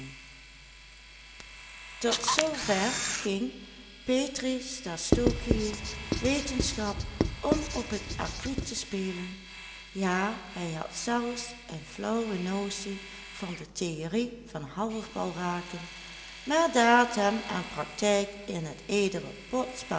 tot zoover ging petri stastokiï wetenschap om op het acquit te spelen ja hij had zelfs een flauwe notie van de theorie van halfbal raken maar daar het hem aan practijk in het edele